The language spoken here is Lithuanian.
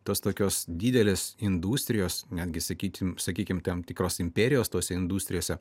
tos tokios didelės industrijos netgi sakykim sakykim tam tikros imperijos tose industrijose